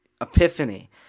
epiphany